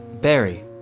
Barry